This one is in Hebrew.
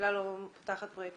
ואומרות שהממשלה לא פותחת פרויקטים.